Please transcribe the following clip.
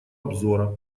обзора